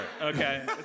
Okay